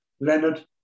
Leonard